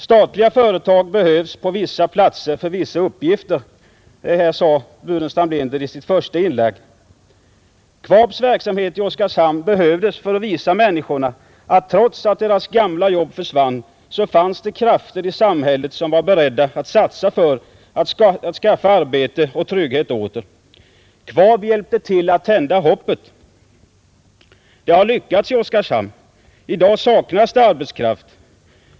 Statliga företag behövs på vissa platser för vissa uppgifter. Detta sade herr Burenstam Linder i sitt första inlägg. KVAB:s verksamhet i Oskarshamn behövdes för att visa människorna att trots att deras gamla jobb försvann fanns det krafter i samhället som var beredda att satsa för att skaffa arbete och trygghet åter. KVAB hjälpte till att tända hoppet. Det har lyckats i Oskarshamn. I dag saknas det arbetskraft.